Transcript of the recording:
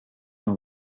dans